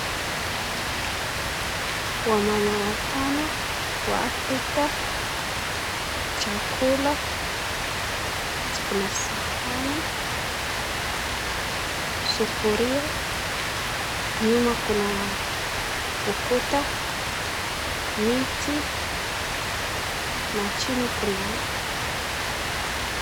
Wamama watano wa Afrika, chakula kuna sahani, sufuria nyuma kuna ukuta, miti na chini kuna